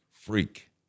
freak